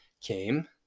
came